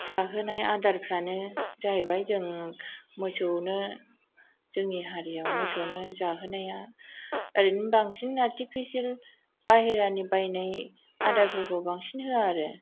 जाहोनाय आदारफ्रानो जाहैबाय जों मोसौनो जोंनि हारिआव मोसौनो जाहोनाया ओरैनो बांसिन आर्टिफिसियेल बाहेरानि बायनाय आदारफोरखौ बांसिन होआ आरो